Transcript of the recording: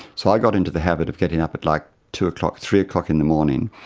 so i got into the habit of getting up at like two o'clock, three o'clock in the morning,